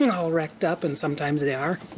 yeah all wrecked up. and sometimes they are.